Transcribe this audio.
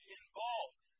involved